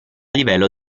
livello